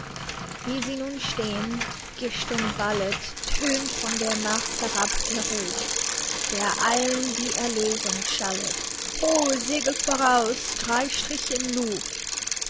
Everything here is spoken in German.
wie sie nun stehen gischtumwallet tönt von der mars herab der ruf der allen wie erlösung schallet ho segel voraus drei strich in luv